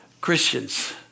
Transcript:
Christians